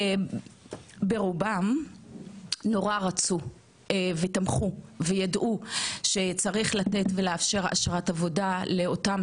ברובם נורא רצו ותמכו וידעו שצריך לתת ולאפשר אשרת עבודה לאותם